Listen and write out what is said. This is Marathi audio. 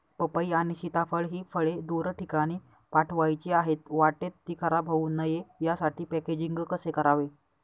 पपई आणि सीताफळ हि फळे दूर ठिकाणी पाठवायची आहेत, वाटेत ति खराब होऊ नये यासाठी पॅकेजिंग कसे करावे?